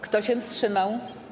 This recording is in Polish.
Kto się wstrzymał?